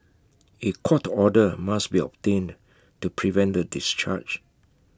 A court order must be obtained to prevent the discharge